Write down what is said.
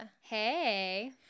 Hey